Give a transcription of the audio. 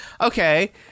okay